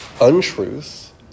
untruth